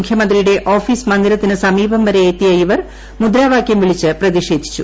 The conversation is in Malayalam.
മുഖ്യമന്ത്രിയുടെ ഓഫീസ് മന്ദിരത്തിന് സമീപംവരെ എത്തിയ ഇവർ മുദ്രാവാക്യം വിളിച്ച് പ്രതിഷേധിച്ചു